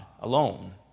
alone